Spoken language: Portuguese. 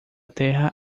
terra